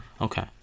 Okay